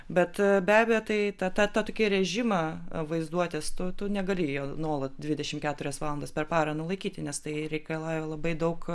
bet be abejo tai ta tokį režimą vaizduotės tu tu negali jo nuolat dvidešimt keturias valandas per parą nulaikyti nes tai reikalauja labai daug